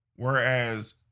Whereas